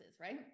right